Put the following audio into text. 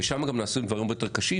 ושם גם נעשים דברים הרבה יותר קשים,